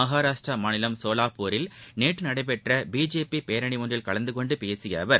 மகாராஷ்டிர மாநிலம் சோலாப்பூரில் நேற்று நடைபெற்ற பிஜேபி பேரணி ஒன்றில் கலந்து கொண்டு பேசிய அவர்